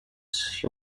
she